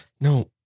No